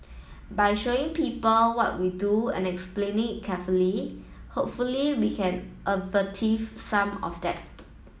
by showing people what we do and explaining carefully hopefully we can alleviate some of that